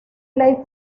ley